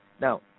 Now